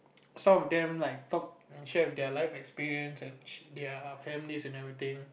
some of them like talk and share with their life experiences and their family and everything